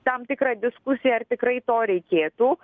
tam tikrą diskusiją ar tikrai to reikėtų